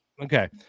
Okay